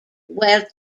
where